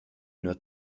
nur